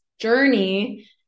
journey